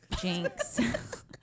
Jinx